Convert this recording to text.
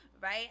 right